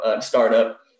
startup